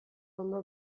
ondo